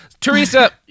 Teresa